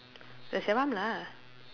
the lah